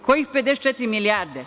Kojih 54 milijarde?